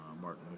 Martin